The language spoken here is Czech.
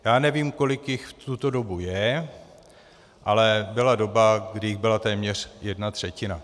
Já nevím, kolik jich v tuto dobu je, ale byla doba, kdy jich byla téměř jedna třetina.